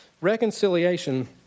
Reconciliation